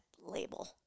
label